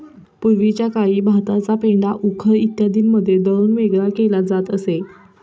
पूर्वीच्या काळी भाताचा पेंढा उखळ इत्यादींमध्ये दळून वेगळा केला जात असे